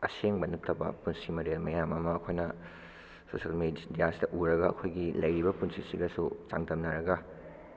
ꯑꯁꯦꯡꯕ ꯅꯠꯇꯕ ꯄꯨꯟꯁꯤ ꯃꯔꯦꯜ ꯃꯌꯥꯝ ꯑꯃ ꯑꯩꯈꯣꯏꯅ ꯁꯣꯁꯤꯌꯦꯜ ꯃꯦꯗꯤꯌꯥꯁꯤꯗ ꯎꯔꯒ ꯑꯩꯈꯣꯏꯒꯤ ꯂꯩꯔꯤꯕ ꯄꯨꯟꯁꯤꯁꯤꯒꯁꯨ ꯆꯥꯡꯗꯝꯅꯔꯕ